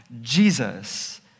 Jesus